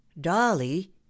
Dolly